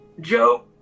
Joe